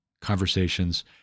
conversations